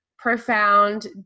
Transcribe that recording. profound